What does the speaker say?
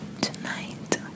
Tonight